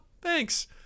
thanks